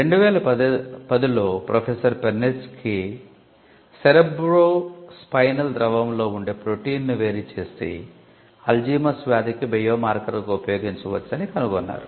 2010 లో professor Perneczky cerebrospinal ద్రవంలో ఉండే ప్రోటీన్ను వేరుచేసి అల్జీమర్స్ వ్యాధికి బయోమార్కర్గా ఉపయోగించవచ్చు అని కనుగొన్నారు